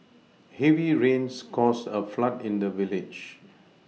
heavy rains caused a flood in the village